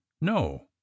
no